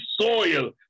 soil